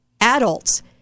adults